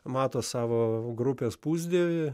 mato savo grupės pusdievį